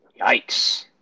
yikes